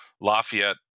lafayette